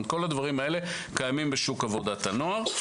כלומר, כל הדברים האלה קיימים בשוק עבודת הנוער.